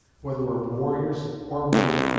whether of warriors, or women,